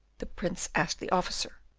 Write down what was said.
the prince asked the officer,